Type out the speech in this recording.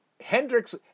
Hendrix